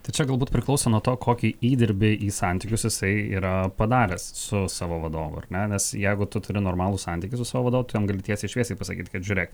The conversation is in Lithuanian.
tai čia galbūt priklauso nuo to kokį įdirbį į santykius jisai yra padaręs su savo vadovu ar ne nes jeigu tu turi normalų santykį su savo vadovu tu jam gali tiesiai šviesiai pasakyt kad žiūrėk